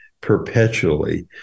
perpetually